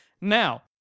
Now